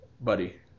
buddy